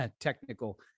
technical